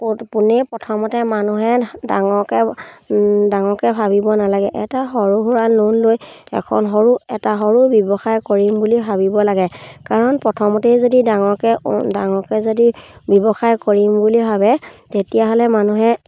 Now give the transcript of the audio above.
পোনেই প্ৰথমতে মানুহে ডাঙৰকৈ ডাঙৰকৈ ভাবিব নালাগে এটা সৰু সুৰা লোন লৈ এখন সৰু এটা সৰু ব্যৱসায় কৰিম বুলি ভাবিব লাগে কাৰণ প্ৰথমতেই যদি ডাঙৰকৈ ডাঙৰকৈ যদি ব্যৱসায় কৰিম বুলি ভাবে তেতিয়াহ'লে মানুহে